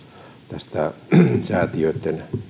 tästä säätiöitten